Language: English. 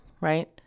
right